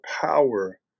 power